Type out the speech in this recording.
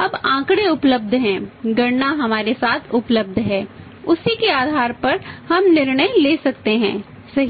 अब आंकड़े उपलब्ध हैं गणना हमारे साथ उपलब्ध हैं उसी के आधार पर हम निर्णय ले सकते हैं सही